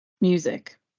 music